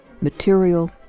material